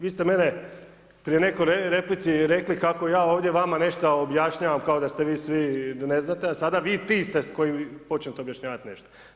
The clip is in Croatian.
Vi ste mene pri nekoj replici rekli kako ja ovdje vama nešto objašnjavam kao da ste vi svi ne znate, a sada vi, ti ste koji počinjete objašnjavati nešto.